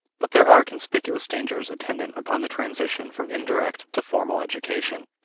but there are conspicuous dangers attendant upon the transition from indirect to formal education.